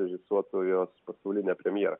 režisuotų jos pasaulinę premjerą